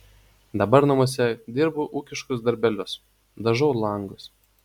dabar namuose dirbu ūkiškus darbelius dažau langus